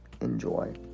Enjoy